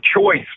choice